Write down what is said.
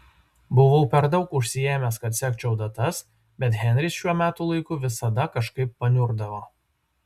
buvau per daug užsiėmęs kad sekčiau datas bet henris šiuo metų laiku visada kažkaip paniurdavo